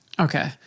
Okay